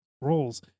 roles